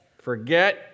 Forget